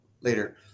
later